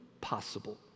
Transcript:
possible